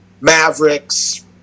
mavericks